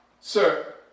sir